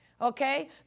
okay